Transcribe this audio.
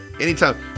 anytime